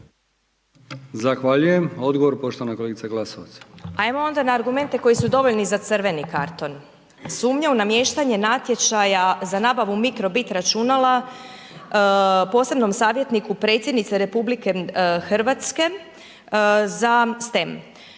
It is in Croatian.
Zahvaljujem. Odgovor poštovana kolegica Glasovac. **Glasovac, Sabina (SDP)** Ajmo onda na argumente koji su dovoljni za crveni karton, sumnja u namještanje natječaja za nabavu mikrobit računala posebnom savjetniku predsjednice RH za STEM,